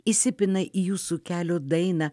įsipina į jūsų kelių dainą